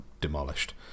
demolished